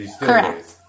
Correct